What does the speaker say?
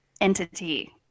entity